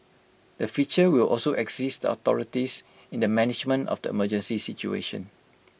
the feature will also access the authorities in the management of the emergency situation